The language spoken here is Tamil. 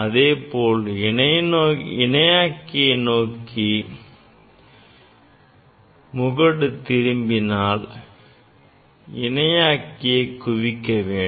அதேபோல நாம் இணையாக்கியை நோக்கி சுழற்றினால் இணையாக்கியை குவிக்க வேண்டும்